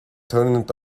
turned